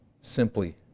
simply